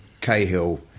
Cahill